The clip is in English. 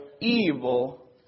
evil